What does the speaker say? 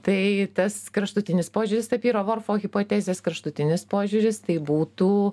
tai tas kraštutinis požiūris tapyro vorfo hipotezės kraštutinis požiūris tai būtų